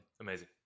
Amazing